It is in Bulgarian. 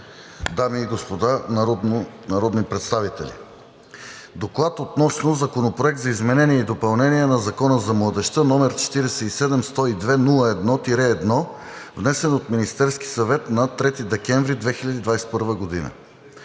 дами и господа народни представители! „ДОКЛАД относно Законопроект за изменение и допълнение на Закона за младежта, № 47-102-01-1, внесен от Министерския съвет на 3 декември 2021 г.